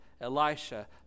Elisha